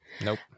Nope